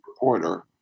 reporter